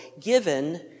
given